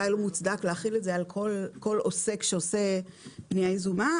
לא מוצדק להחיל את זה על כל עוסק שעושה פנייה יזומה.